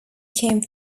became